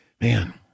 man